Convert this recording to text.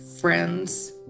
friends